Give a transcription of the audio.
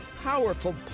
powerful